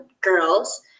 girls